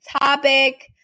topic